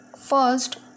first